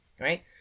right